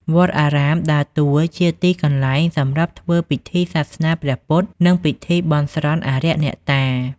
វត្តអារាម ដើរតួជាទីកន្លែងសម្រាប់ធ្វើពិធីសាសនាព្រះពុទ្ធ និងពិធីបន់ស្រន់អារក្សអ្នកតា។